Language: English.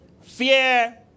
Fear